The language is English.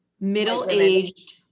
middle-aged